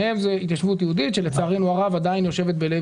שניהם התיישבות יהודית שלצערנו הרב עדיין יושבת בלב